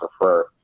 prefer